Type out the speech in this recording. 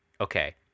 Okay